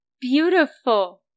beautiful